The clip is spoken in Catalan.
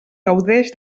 gaudeix